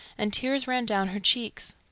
and tears ran down her cheeks.